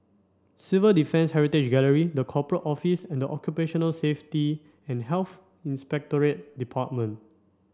Civil Defence Heritage Gallery The Corporate Office and Occupational Safety and Health Inspectorate Department